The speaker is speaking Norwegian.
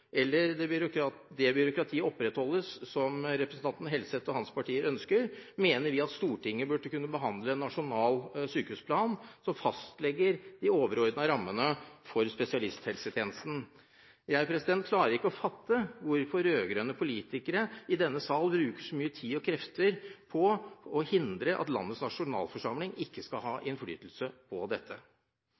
mener vi at Stortinget burde kunne behandle en nasjonal sykehusplan som fastlegger de overordnede rammene for spesialisthelsetjenesten. Jeg klarer ikke å fatte hvorfor rød-grønne politikere i denne sal bruker så mye tid og krefter på å hindre at landets nasjonalforsamling ikke skal ha innflytelse på dette.